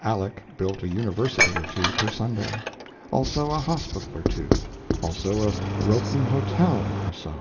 aleck built a university or two per sunday also a hospital or two also a rowton hotel or so